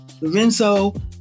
Lorenzo